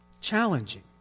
Challenging